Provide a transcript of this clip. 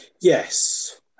Yes